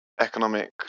economic